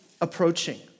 approaching